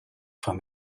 from